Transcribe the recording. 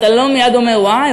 אתה לא מייד אומר: וואי,